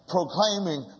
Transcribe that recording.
proclaiming